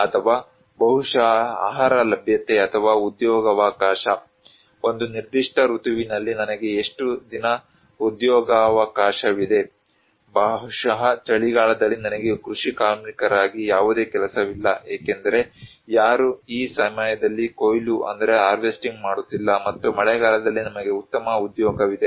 ಅಥವಾ ಬಹುಶಃ ಆಹಾರ ಲಭ್ಯತೆ ಅಥವಾ ಉದ್ಯೋಗಾವಕಾಶ ಒಂದು ನಿರ್ದಿಷ್ಟ ಋತುವಿನಲ್ಲಿ ನನಗೆ ಎಷ್ಟು ದಿನ ಉದ್ಯೋಗಾವಕಾಶವಿದೆ ಬಹುಶಃ ಚಳಿಗಾಲದಲ್ಲಿ ನನಗೆ ಕೃಷಿ ಕಾರ್ಮಿಕರಾಗಿ ಯಾವುದೇ ಕೆಲಸವಿಲ್ಲ ಏಕೆಂದರೆ ಯಾರೂ ಈ ಸಮಯದಲ್ಲಿ ಕೊಯ್ಲು ಮಾಡುತ್ತಿಲ್ಲ ಮತ್ತು ಮಳೆಗಾಲದಲ್ಲಿ ನಮಗೆ ಉತ್ತಮ ಉದ್ಯೋಗವಿದೆ